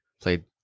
Played